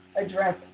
address